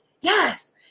Yes